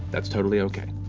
that's totally okay.